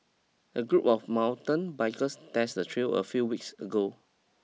a group of mountain bikers tested the trail a few weeks ago